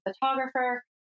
photographer